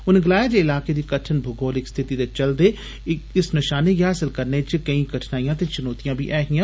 उनें गलाया जे इलाके दी कठन भूगोलिक स्थिति दे चलदे इक नशाने गी हासल करने च केई कठनाइयां ते चुनौतियां बी ऐ हियां